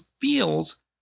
feels